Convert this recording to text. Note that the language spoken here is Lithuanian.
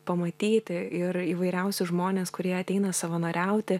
pamatyti ir įvairiausius žmones kurie ateina savanoriauti